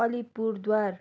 Alipurduar